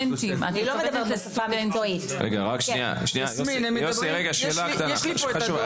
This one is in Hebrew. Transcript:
יש לי פה את הדוח.